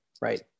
right